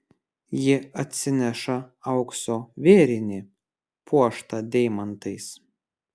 ji atsineša aukso vėrinį puoštą deimantais